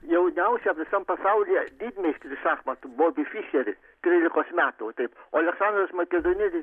jauniausią visam pasaulyje didmeistrį šachmatų bobį fišerį trylikos metų taip aleksandras makedonietis